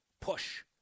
push